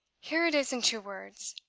here it is in two words.